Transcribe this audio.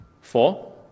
Four